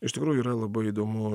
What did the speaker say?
iš tikrųjų yra labai įdomu